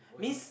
why